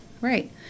right